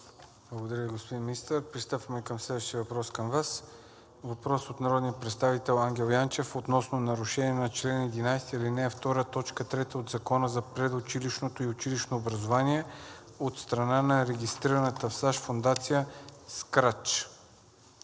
Благодаря Ви, господин Министър. Преминаваме към следващия въпрос към Вас. Въпрос от народния представител Ангел Янчев относно нарушаване на чл. 11, ал. 2, т. 3 от Закона за предучилищното и училищното образование от страна на регистрираната в САЩ фондация